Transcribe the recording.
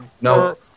No